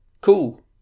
Cool